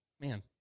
man